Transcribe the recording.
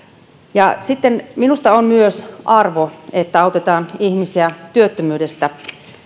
sitten minusta on myös arvo että autetaan ihmisiä työttömyydestä